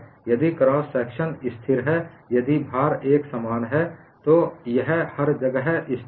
यदि cross section स्थिर है यदि भार एक समान है तो यह हर जगह स्थिर है